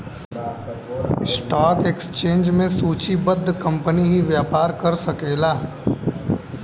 stock exchange में सूचीबद्ध company ही व्यापार कर सकला